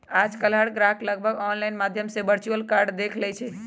आजकल हर ग्राहक लगभग ऑनलाइन माध्यम से वर्चुअल कार्ड देख लेई छई